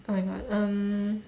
oh my god um